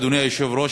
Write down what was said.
אדוני היושב-ראש,